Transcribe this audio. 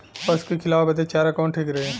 पशु के खिलावे बदे चारा कवन ठीक रही?